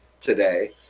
today